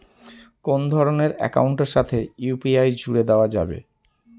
কোন ধরণের অ্যাকাউন্টের সাথে ইউ.পি.আই জুড়ে দেওয়া যাবে?